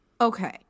Okay